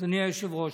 אדוני היושב-ראש.